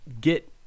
get